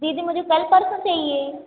दीदी मुझे कल परसों चाहिए